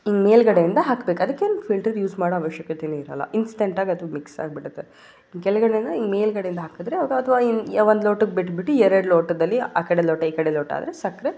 ಮೇಲುಗಡೆಯಿಂದ ಹಾಕಬೇಕು ಅದಕ್ಕೇನು filter use ಮಾಡೋ ಅವಶ್ಯಕತೆಯೇ ಇರೋಲ್ಲ ಇನ್ಸ್ಟಂಟಾಗಿ ಅದು ಮಿಕ್ಸಾಗ್ಬಿಡುತ್ತೆ ಕೆಳಗಡೆ ಅಂದರೆ ಈ ಮೇಲುಗಡೆಯಿಂದ ಹಾಕಿದ್ರೆ ಅದು ಐ ಒಂದು ಲೋಟಕ್ಕೆ ಬಿಟ್ಟುಬಿಟ್ಟು ಎರಡು ಲೋಟದಲ್ಲಿ ಆ ಕಡೆ ಲೋಟ ಈ ಕಡೆ ಲೋಟ ಆದರೆ ಸಕ್ಕರೆ